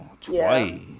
Twice